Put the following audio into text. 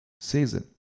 season